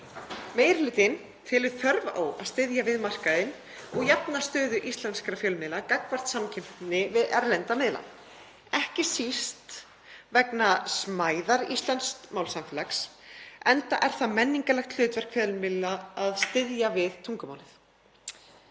Meiri hlutinn telur þörf á að styðja við markaðinn og jafna stöðu íslenskra fjölmiðla gagnvart samkeppni við erlenda miðla, ekki síst vegna smæðar íslensks málsamfélags, enda er það menningarlegt hlutverk fjölmiðla að styðja við tungumálið.